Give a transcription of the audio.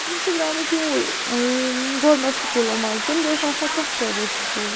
یِم چھِ درامٕتۍ یِموٕے گورمیٚنٹ سکوٗلو منٛز تمہِ دۄہ اوس نہٕ آسان کانٛہہ پریویٹ سکوٗل